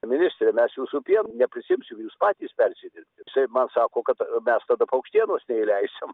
ministre mes jūsų pieno neprisiimsim jūs patys persidirbkit jisai man sako kad mes tada paukštienos neįleisim